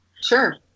Sure